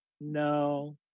no